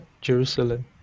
Jerusalem